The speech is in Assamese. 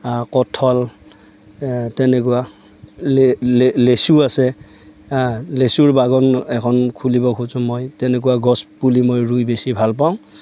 কঠল তেনেকুৱা লেচু আছে হাঁ লেচুৰ বাগন এখন খুলিব খোজোঁ মই তেনেকুৱা গছপুলি মই ৰুই বেছি ভাল পাওঁ